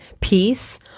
peace